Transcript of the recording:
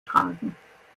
tragen